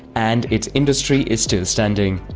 and its industry is still standing.